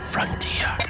Frontier